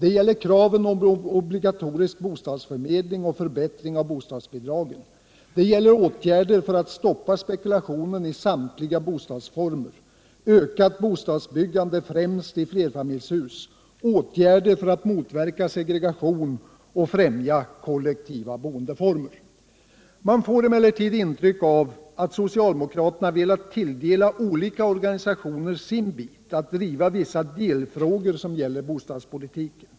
Det gäller kraven på obligatorisk bostadsförmedling och förbättring av bostadsbidragen. Det gäller åtgärder för att stoppa spekulationen i samtliga bostadsformer, ökat bostadsbyggande främst i flerfamiljshus samt åtgärder för att motverka segregation och främja kollektiva boendeformer. Man får emellertid ett intryck av att socialdemokraterna velat tilldela olika organisatoner var och en sin bit för att de skall driva vissa delfrågor som gäller bostadspolitiken.